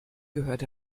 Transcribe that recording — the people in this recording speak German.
gehörte